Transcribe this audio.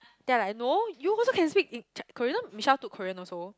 then I like no you also can speak in chi~ Korean then Michelle took Korean also